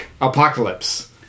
apocalypse